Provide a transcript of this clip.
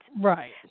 Right